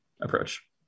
approach